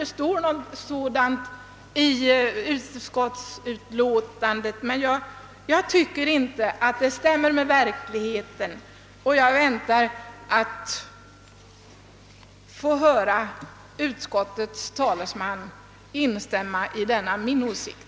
Det står något sådant i utskottets utlåtande, men jag tycker inte att det stämmer med verkligheten. Jag väntar också att få höra utskottets talesman instämma i denna min åsikt.